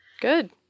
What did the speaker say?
Good